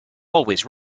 always